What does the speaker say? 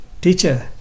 Teacher